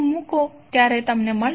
હશે